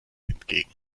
entgegen